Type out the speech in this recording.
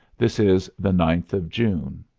this is the ninth of june.